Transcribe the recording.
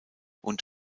und